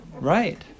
Right